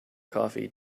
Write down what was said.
coffee